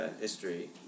history